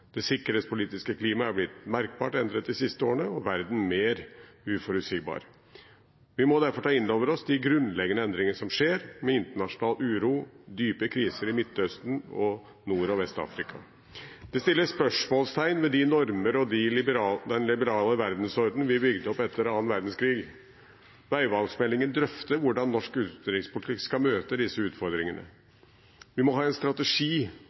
Det sikkerhetspolitiske klimaet er blitt merkbart endret de siste årene, og verden mer uforutsigbar. Vi må derfor ta inn over oss de grunnleggende endringene som skjer, med internasjonal uro og dype kriser i Midtøsten og Nord- og Vest-Afrika. Vi setter spørsmålstegn ved de normer og den liberale verdensorden vi bygde opp etter annen verdenskrig. Veivalgsmeldingen drøfter hvordan norsk utenrikspolitikk skal møte disse utfordringene. Vi må ha en strategi